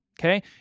Okay